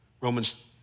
Romans